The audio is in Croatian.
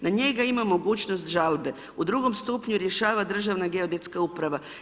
Na njega ima mogućnost žalbe, u drugom stupnju rješava državna geodetska uprava.